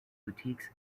boutiques